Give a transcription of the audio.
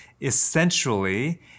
essentially